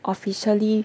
officially